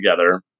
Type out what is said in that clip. together